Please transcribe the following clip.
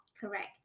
correct